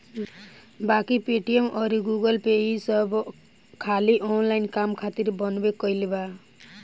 बाकी पेटीएम अउर गूगलपे ई सब खाली ऑनलाइन काम खातिर बनबे कईल बा